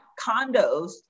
condos